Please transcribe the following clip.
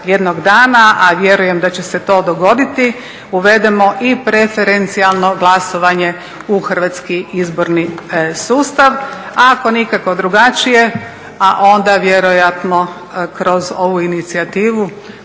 a vjerujem da će se to dogoditi, uvedemo i preferencijalno glasovanje u hrvatski izborni sustav. A ako nikako drugačije a onda vjerojatno kroz ovu inicijativu